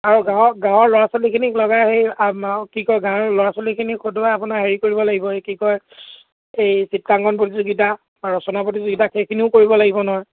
আৰু গাঁৱৰ গাঁৱৰ ল'ৰা ছোৱালীখিনিক লগাই হেৰি কি কয় গাঁৱৰ ল'ৰা ছোৱালীখিনিক খটুৱাই আপোনাৰ হেৰি কৰিব লাগিব এই কি কয় এই চিত্ৰাংকণ প্ৰতিযোগিতা বা ৰচনা প্ৰতিযোগিতা সেইখিনিও কৰিব লাগিব নহয়